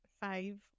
five